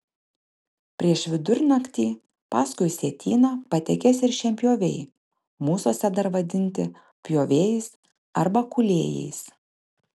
prieš vidurnaktį paskui sietyną patekės ir šienpjoviai mūsuose dar vadinti pjovėjais arba kūlėjais